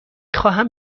خواهم